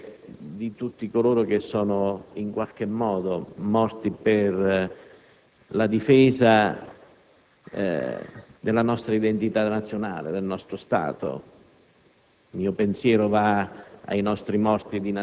Italia, fa parte di tutti coloro che sono morti per la difesa della nostra identità nazionale, del nostro Stato.